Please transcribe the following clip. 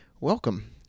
welcome